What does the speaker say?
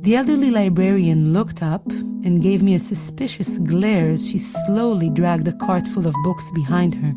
the elderly librarian looked up and gave me a suspicious glare as she slowly dragged a cart full of books behind her